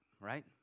right